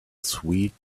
sweet